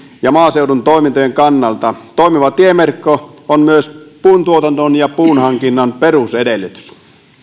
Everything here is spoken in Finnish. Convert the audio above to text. ja maaseudun toimintojen kannalta toimiva tieverkko on myös puuntuotannon ja puunhankinnan perusedellytys